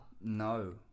no